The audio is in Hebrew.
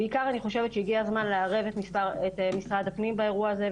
בעיקר אני חושבת שהגיע הזמן לערב את משרד הפנים באירוע הזה,